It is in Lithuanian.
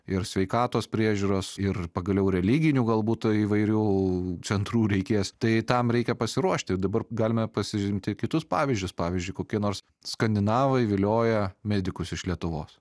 ir sveikatos priežiūros ir pagaliau religinių galbūt įvairių centrų reikės tai tam reikia pasiruošti dabar galime pasiimti kitus pavyzdžius pavyzdžiui kokie nors skandinavai vilioja medikus iš lietuvos